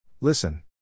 Listen